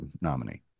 nominee